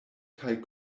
kaj